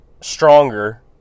stronger